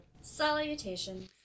Salutation